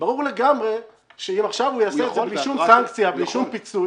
ברור לגמרי שאם עכשיו הוא יעשה את זה בלי שום סנקציה ושום פיצוי